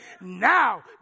Now